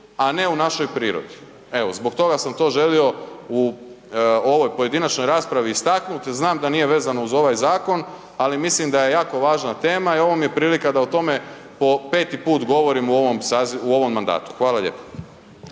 a ne u našoj prirodi. Evo, zbog toga sam to želio u ovoj pojedinačnoj raspravi istaknut, znam da nije vezano uz ovaj zakon, ali mislim da je jako važna tema i ovo mi je prilika da o tome po 5 put govorim u ovom mandatu. Hvala lijepo.